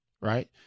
right